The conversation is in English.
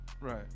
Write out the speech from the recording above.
Right